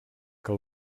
que